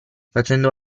facendo